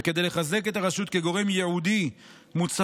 וכדי לחזק את הרשות כגורם ייעודי מוצהר,